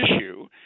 issue